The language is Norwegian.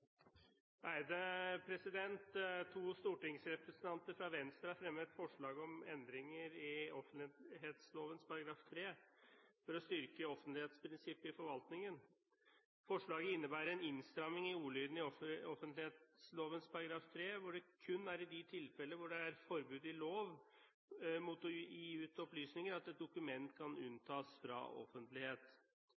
anses vedtatt. To stortingsrepresentanter fra Venstre har fremmet forslag om endringer i offentlighetsloven § 3 for å styrke offentlighetsprinsippet i forvaltningen. Forslaget innebærer en innstramning i ordlyden i offentlighetsloven § 3, hvor det kun er i de tilfeller hvor det er forbud i lov mot å gi ut opplysninger, at et dokument kan